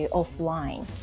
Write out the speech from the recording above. offline